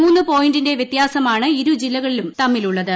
മൂന്ന് പോയിന്റിന്റെ വ്യത്യാസമാണ് ഇരു ജില്ലകളും തമ്മിലുള്ളത്